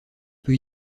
peu